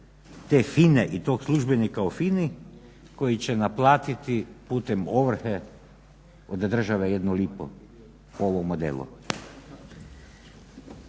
te FINA-e i tog službenika u FINA-i koji će naplatiti putem ovrhe od države jednu lipu, po ovom modelu.